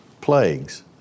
plagues